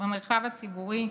במרחב הציבורי?